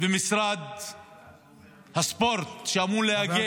ומשרד הספורט, שאמור להגן